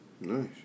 Nice